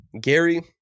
Gary